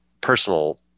personal